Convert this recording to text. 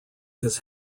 his